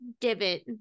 divot